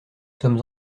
sommes